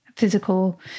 physical